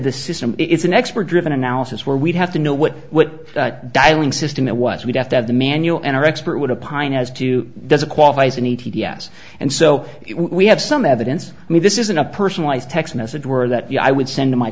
the system it's an expert driven analysis where we'd have to know what what dialing system it was we'd have to have the manual and our expert would have pine as to doesn't qualify as an e t s and so we have some evidence i mean this isn't a personalized text message word that i would send to my